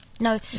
No